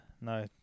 no